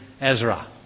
Ezra